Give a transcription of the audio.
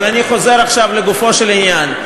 אבל אני חוזר עכשיו לגופו של עניין.